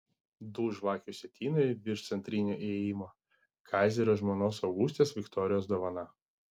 du žvakių sietynai virš centrinio įėjimo kaizerio žmonos augustės viktorijos dovana